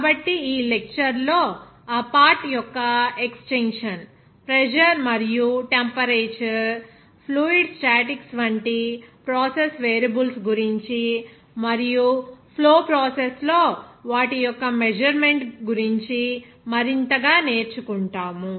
కాబట్టి ఈ లెక్చర్ లో ఆ పార్ట్ యొక్క ఎక్స్టెన్షన్ ప్రెజర్ మరియు టెంపరేచర్ ఫ్లూయిడ్ స్టాటిక్స్ వంటి ప్రాసెస్ వేరియబుల్స్ గురించి మరియు ఫ్లో ప్రాసెసస్ లో వాటి యొక్క మెజర్మెంట్ గురించి మరింత గా నేర్చుకుంటాము